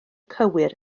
cywir